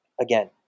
again